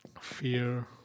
Fear